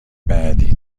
بعدی